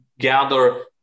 Gather